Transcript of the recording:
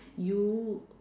you